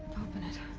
open it.